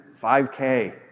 5K